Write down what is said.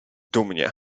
dumnie